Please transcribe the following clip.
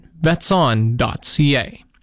vetson.ca